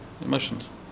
Emotions